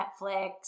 Netflix